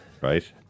right